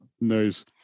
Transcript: Nice